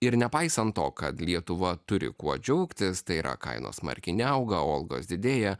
ir nepaisant to kad lietuva turi kuo džiaugtis tai yra kainos smarkiai neauga o algos didėja